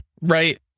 right